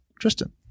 tristan